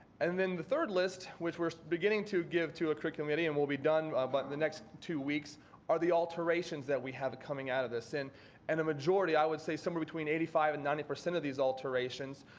and then the third list, which we're beginning to give to a curriculum committee and will be done ah but in the next two weeks are the alterations that we have coming out of this and a majority, i would say somewhere between eighty five and ninety percent of these alterations,